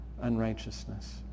unrighteousness